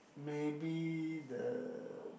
maybe the